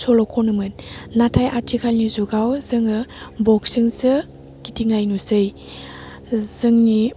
सल' खनोमोन नाथाइ आथिखालनि जुगआव जोङो बक्सजोंसो गिदिंनाय नुसै जोंनि